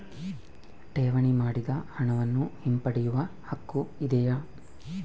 ಠೇವಣಿ ಮಾಡಿದ ಹಣವನ್ನು ಹಿಂಪಡೆಯವ ಹಕ್ಕು ಇದೆಯಾ?